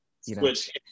Switch